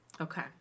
Okay